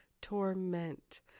Torment